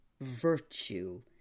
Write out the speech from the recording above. virtue